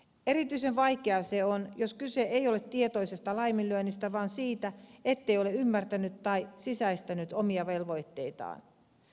erityisen vaikeaa se on jos kyse ei ole tietoisesta laiminlyönnistä vaan siitä ettei ole ymmärtänyt tai sisäistänyt omia velvoitteitaan